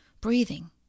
Breathing